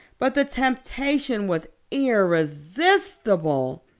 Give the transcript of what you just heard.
but the temptation was irresistible.